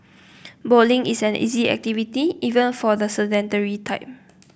bowling is an easy activity even for the sedentary type